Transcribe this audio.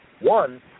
one